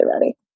ready